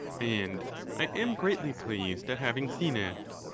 and i am greatly pleased at having seen it.